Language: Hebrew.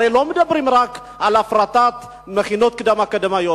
הרי לא מדברים רק על הפרטת מכינות קדם-אקדמיות.